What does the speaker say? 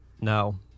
No